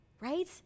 right